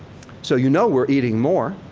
so, you know we're eating more.